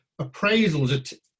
appraisals